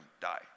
die